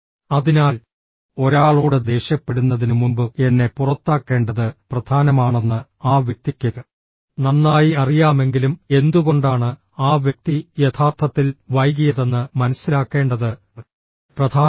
അതിനാൽ ഒരാളോട് ദേഷ്യപ്പെടുന്നതിനുമുമ്പ് എന്നെ പുറത്താക്കേണ്ടത് പ്രധാനമാണെന്ന് ആ വ്യക്തിക്ക് നന്നായി അറിയാമെങ്കിലും എന്തുകൊണ്ടാണ് ആ വ്യക്തി യഥാർത്ഥത്തിൽ വൈകിയതെന്ന് മനസ്സിലാക്കേണ്ടത് പ്രധാനമാണ്